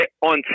on